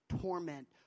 torment